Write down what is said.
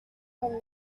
from